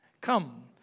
Come